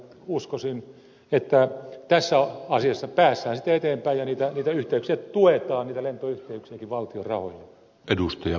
uskoisin että tässä asiassa päästään sitten eteenpäin ja niitä yhteyksiä tuetaan niitä lentoyhteyksiäkin valtion rahoilla